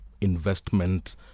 investment